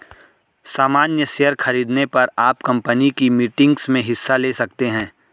सामन्य शेयर खरीदने पर आप कम्पनी की मीटिंग्स में हिस्सा ले सकते हैं